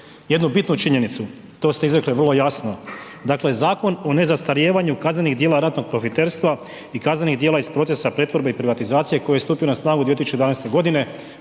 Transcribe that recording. jednu bitnu činjenicu, to ste izrekli vrlo jasno, dakle Zakon o nezastarijevanju kaznenih dijela ratnog profiterstva i kaznenih dijela iz procesa pretvorbe i privatizacije koji je stupio na snagu 2011.g.